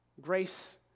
Grace